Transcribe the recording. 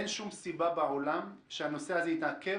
אין שום סיבה בעולם שהנושא הזה יתעכב,